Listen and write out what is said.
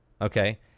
okay